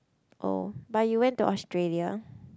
oh but you went to Australia